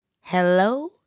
Hello